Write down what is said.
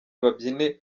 babyine